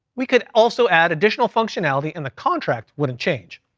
we could also add additional functionality, and the contract wouldn't change.